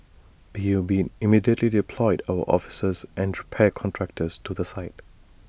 P U B immediately deployed our officers and repair contractors to the site